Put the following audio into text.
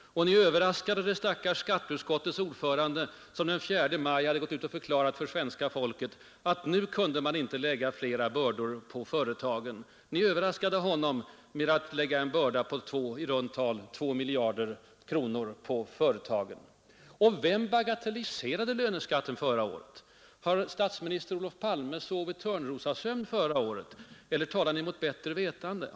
Ni överraskade den stackars ordföranden i skatteutskottet, som den 4 maj hade förklarat för svenska folket att man nu inte kunde lägga flera bördor på företagen. Ni lade över natten en börda på i runt tal 2 miljarder kronor på företagen. Vem bagatelliserade löneskatten förra året? Har statsminister Palme sovit törnrosasömn? Eller talar Ni mot bättre vetande?